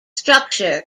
structure